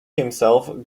himself